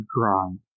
drawing